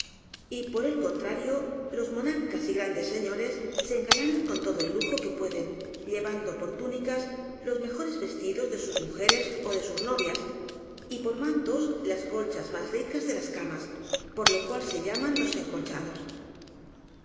banas y por el contrario los monarcas y grandes señores se engalanan con todo el lujo que pueden llevando por túnicas los mejores vestidos de sus mujeres ó de sus novias y por mantos las colchas más ricas de las camas por lo cual se llaman los encolchados